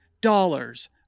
dollars